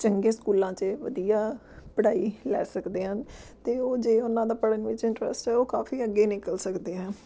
ਚੰਗੇ ਸਕੂਲਾਂ ਚ ਵਧੀਆ ਪੜ੍ਹਾਈ ਲੈ ਸਕਦੇ ਹਨ ਤੇ ਉਹ ਜੇ ਉਹਨਾਂ ਦਾ ਪੜਨ ਵਿੱਚ ਇੰਟਰਸਟ ਹੈ ਉਹ ਕਾਫੀ ਅੱਗੇ ਨਿਕਲ ਸਕਦੇ ਆ